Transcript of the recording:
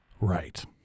right